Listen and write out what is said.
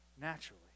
naturally